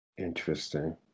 Interesting